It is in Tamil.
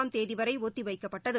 ஆம் தேதிவரைஒத்திவைக்கப்பட்டது